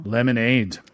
Lemonade